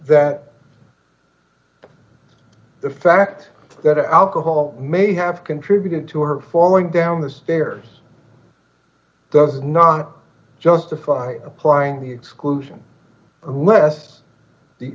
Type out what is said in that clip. that the fact that alcohol may have contributed to her falling down the stairs does not justify applying the exclusion lest the